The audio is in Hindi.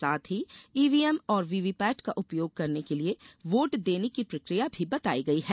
साथ ही ईवीएम और वीवीपैट का उपयोग करने के लिये वोट देने की प्रक्रिया भी बताई गई है